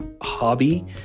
hobby